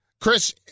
Chris